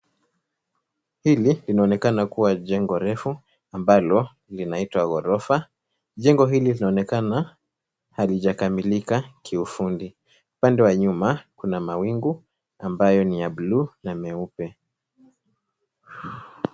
Hili linaonekana kuwa jengo refu ambalo linaitwa ghorofa . Jengo hili linaonekana halijakamilika kiufundi. Upande wa nyuma kuna mawingu ambayo ni ya bluu na meupe.